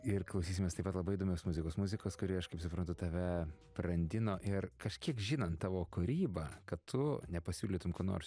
ir klausysimės taip pat labai įdomios muzikos muzikos kuri aš kaip suprantu tave brandino ir kažkiek žinant tavo kūrybą kad tu nepasiūlytum ko nors